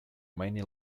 many